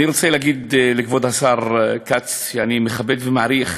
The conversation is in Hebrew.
אני רוצה להגיד לכבוד השר כץ, שאני מכבד ומעריך,